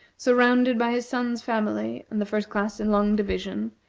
surrounded by his son's family and the first class in long division,